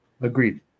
Agreed